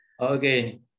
Okay